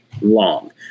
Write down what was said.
Long